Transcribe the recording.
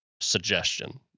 suggestion